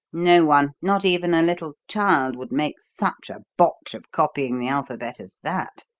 no one, not even a little child, would make such a botch of copying the alphabet as that,